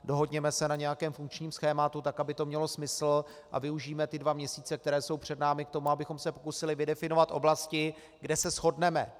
Dohodněme se na nějakém funkčním schématu, tak aby to mělo smysl, a využijme dva měsíce, kterou jsou před námi, k tomu, abychom se pokusili vydefinovat oblasti, kde se shodneme.